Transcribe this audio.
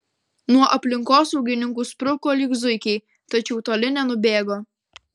nuo aplinkosaugininkų spruko lyg zuikiai tačiau toli nenubėgo